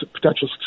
potential